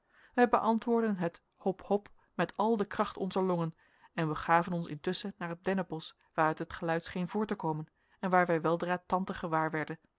wij beantwoordden het hop hop met al de kracht onzer longen en begaven ons intusschen naar het dennenbosch waaruit het geluid scheen voort te komen en waar wij weldra tante